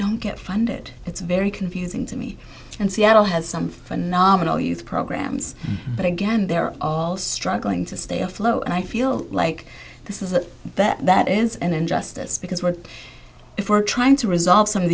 don't get funded it's very confusing to me and seattle has some phenomenal youth programs but again they're all struggling to stay afloat and i feel like this is that that is an injustice because what if we're trying to resolve some of